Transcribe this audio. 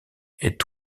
est